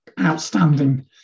outstanding